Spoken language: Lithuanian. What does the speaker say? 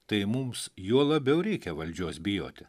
tai mums juo labiau reikia valdžios bijoti